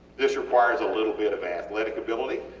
this requires a little bit of athletic ability